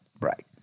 right